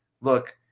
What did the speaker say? look